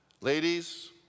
Ladies